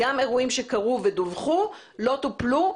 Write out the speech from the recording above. גם אירועים שקרו ודווחו לא טופלו,